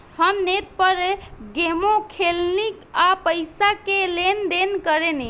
हम नेट पर गेमो खेलेनी आ पइसो के लेन देन करेनी